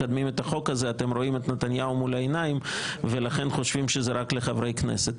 אתם רואים את נתניהו מול העיניים וחושבים שזה רק לחברי כנסת,